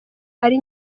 ari